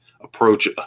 approach